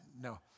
no